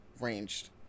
ranged